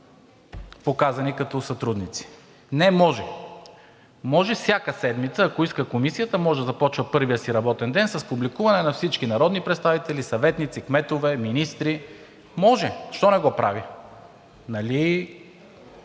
показани като сътрудници. Не, може! Може всяка седмица, ако иска, Комисията може да започва първия си работен ден с публикуване на всички народни представители, съветници, кметове, министри. Може, защо не го прави? Нали